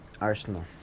Arsenal